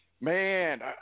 Man